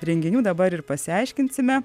renginių dabar ir pasiaiškinsime